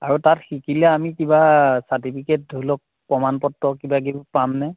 আৰু তাত শিকিলে আমি কিবা চাৰ্টিফিকেট ধৰি লওক প্ৰমাণপত্ৰ কিবাকিবি পামনে